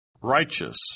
righteous